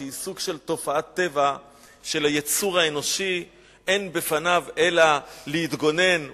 שהיא סוג של תופעת טבע שליצור האנושי אין אלא להתגונן בפניו,